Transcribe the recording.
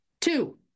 Two